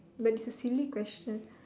but it's a silly question